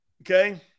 Okay